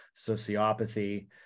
sociopathy